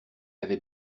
avait